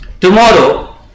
Tomorrow